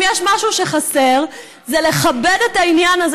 אם יש משהו שחסר זה לכבד את העניין הזה